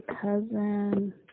cousin